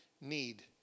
need